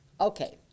Okay